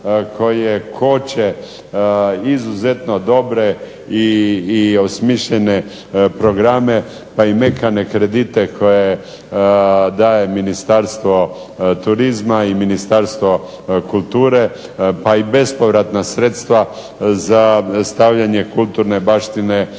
koje koče izuzetno dobre i osmišljene programe pa i mekane kredite koje daje Ministarstvo turizma i Ministarstvo kulture pa i bespovratna sredstva za stavljanje kulturne baštine u